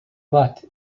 butt